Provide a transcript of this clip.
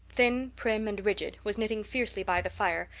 thin prim, and rigid, was knitting fiercely by the fire,